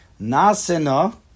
Nasena